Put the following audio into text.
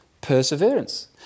perseverance